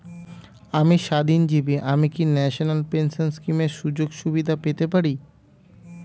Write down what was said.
আমি স্বাধীনজীবী আমি কি ন্যাশনাল পেনশন স্কিমের সুযোগ সুবিধা পেতে পারি?